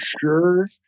sure